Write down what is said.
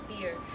fear